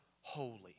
holy